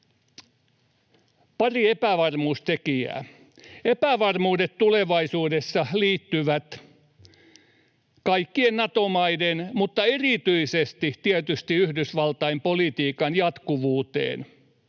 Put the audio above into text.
Pari epävarmuustekijää: Epävarmuudet tulevaisuudessa liittyvät kaikkien Nato-maiden mutta erityisesti tietysti Yhdysvaltain politiikan jatkuvuuteen